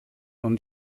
und